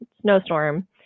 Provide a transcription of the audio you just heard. snowstorm